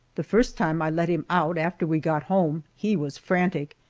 the first time i let him out after we got home he was frantic,